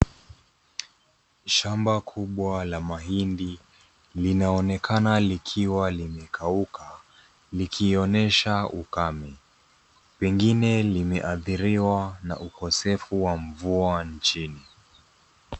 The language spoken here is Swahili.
Shamba kubwa la mahindi linaonekana likiwa limekauka likionyesha ukame. Pengine limeadhiriwa na ukosefu wa mvua nchini.